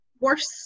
worse